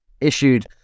issued